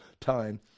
time